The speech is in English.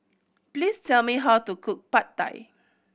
please tell me how to cook Pad Thai